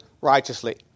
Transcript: righteously